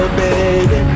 baby